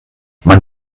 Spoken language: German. man